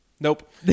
Nope